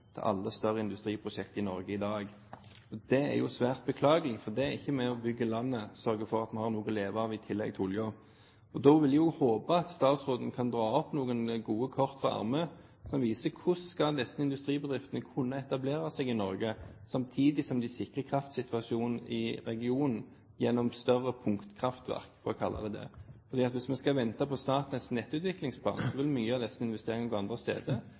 til alle større industriprosjekter i Norge i dag. Det er jo svært beklagelig, for det er ikke med på å bygge landet og sørge for at vi har noe å leve av i tillegg til oljen. Da vil jeg jo håpe at statsråden kan dra opp noen gode kort fra ermet som viser hvordan disse industribedriftene skal kunne etablere seg i Norge, samtidig som de sikrer kraftsituasjonen i regionen gjennom større punktkraftverk, for å kalle det det. Hvis vi skal vente på Statnetts nettutviklingsplan, vil mye av disse investeringene gå andre steder,